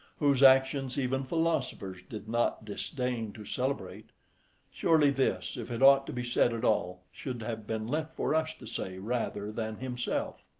whose actions even philosophers did not disdain to celebrate surely this, if it ought to be said at all, should have been left for us to say rather than himself.